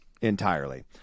entirely